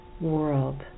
world